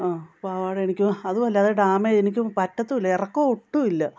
ആ പാവാട എനിക്ക് അതുമല്ല അതു ഡാമേജ് എനിക്ക് പറ്റത്തുമില്ല ഇറക്കം ഒട്ടുമില്ല